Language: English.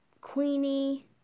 Queenie